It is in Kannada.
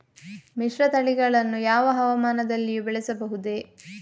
ಮಿಶ್ರತಳಿಗಳನ್ನು ಯಾವ ಹವಾಮಾನದಲ್ಲಿಯೂ ಬೆಳೆಸಬಹುದೇ?